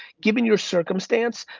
given your circumstance,